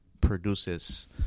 produces